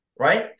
Right